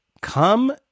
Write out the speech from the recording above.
come